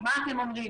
מה אנחנו אומרים,